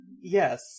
Yes